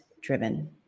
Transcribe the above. driven